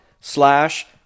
slash